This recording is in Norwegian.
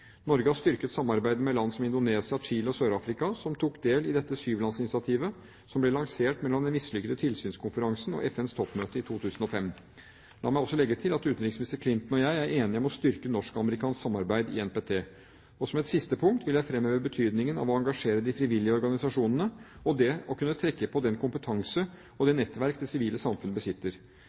Norge har styrket samarbeidet med land som Indonesia, Chile og Sør-Afrika, som tok del i dette sjulandsinitiativet som ble lansert mellom den mislykkede tilsynskonferansen og FNs toppmøte i 2005. La meg også legge til at utenriksminister Clinton og jeg er enige om å styrke norskamerikansk samarbeid i NPT. Som et siste punkt vil jeg fremheve betydningen av å engasjere de frivillige organisasjonene og det å kunne trekke på den kompetanse og det nettverk det sivile samfunn besitter.